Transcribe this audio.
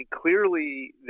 clearly